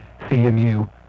CMU